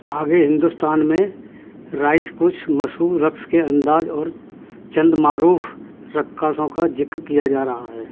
آگے ہندوستان میں رائج کچھ مشہور رقص کے انداز اور چند معروف رقاصوں کا ذکر کیا جا رہا ہے